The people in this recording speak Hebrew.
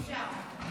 אפשר.